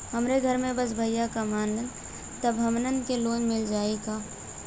हमरे घर में बस भईया कमान तब हमहन के लोन मिल जाई का?